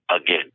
again